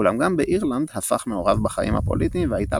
אולם גם באירלנד הפך מעורב בחיים הפוליטיים והייתה